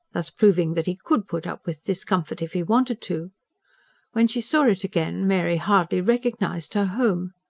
thus proving that he could put up with discomfort if he wanted to when she saw it again, mary hardly recognised her home.